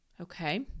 Okay